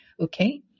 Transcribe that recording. Okay